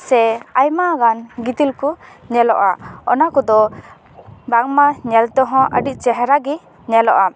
ᱥᱮ ᱟᱭᱢᱟ ᱜᱟᱱ ᱜᱤᱛᱤᱞ ᱠᱚ ᱧᱮᱞᱚᱜᱼᱟ ᱚᱱᱟ ᱠᱚᱫᱚ ᱵᱟᱝᱢᱟ ᱧᱮᱞ ᱛᱮᱦᱚᱸ ᱟᱹᱰᱤ ᱪᱮᱦᱮᱨᱟ ᱜᱮ ᱧᱮᱞᱚᱜᱼᱟ